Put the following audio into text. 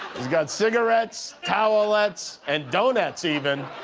he's got cigarettes, towelettes and doughnuts even.